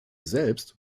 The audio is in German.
selbst